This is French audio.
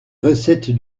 recette